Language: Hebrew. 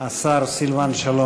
לכל השרים הנכנסים ולראש הממשלה.